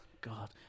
God